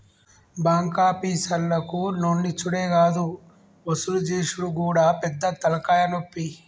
బాంకాపీసర్లకు లోన్లిచ్చుడే గాదు వసూలు జేసుడు గూడా పెద్ద తల్కాయనొప్పి